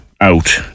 out